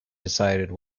decided